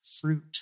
fruit